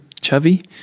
chubby